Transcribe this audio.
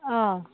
অঁ